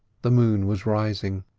the moon was rising.